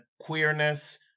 queerness